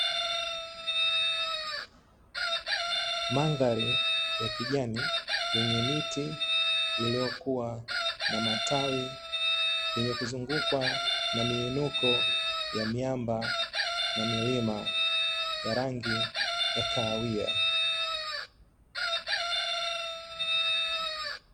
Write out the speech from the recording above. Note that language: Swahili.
Mandhari ya kijani yenye miti, iliyokuwa na matawi yenye kuzungukwa na miinuko ya miamba na milima ya rangi ya kahawia.